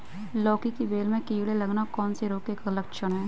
लौकी की बेल में कीड़े लगना कौन से रोग के लक्षण हैं?